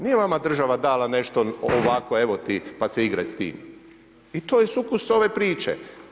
Nije vama država dala nešto ovako, evo ti pa se igraj s tim i to je sukus ove priče.